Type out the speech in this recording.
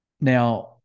Now